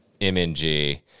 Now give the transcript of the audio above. MNG